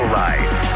life